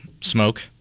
smoke